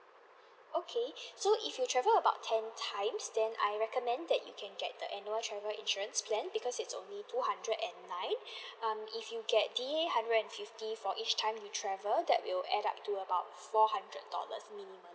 okay so if you travel about ten times then I recommend that you can get the annual travel insurance plan because it's only two hundred and nine um if you get D_A hundred and fifty for each time you travel that will add up to about four hundred dollars minimum